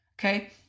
okay